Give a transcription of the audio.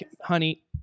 Honey